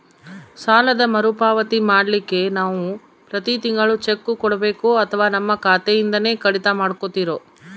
ಸಾಲದ ಮರುಪಾವತಿ ಮಾಡ್ಲಿಕ್ಕೆ ನಾವು ಪ್ರತಿ ತಿಂಗಳು ಚೆಕ್ಕು ಕೊಡಬೇಕೋ ಅಥವಾ ನಮ್ಮ ಖಾತೆಯಿಂದನೆ ಕಡಿತ ಮಾಡ್ಕೊತಿರೋ?